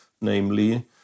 namely